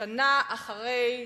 שנה אחרי,